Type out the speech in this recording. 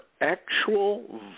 actual